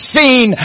seen